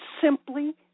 simply